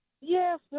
Yes